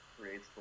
creates